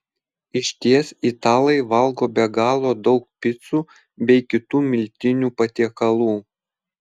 išties italai valgo be galo daug picų bei kitų miltinių patiekalų